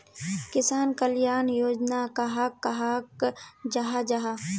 किसान कल्याण योजना कहाक कहाल जाहा जाहा?